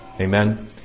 Amen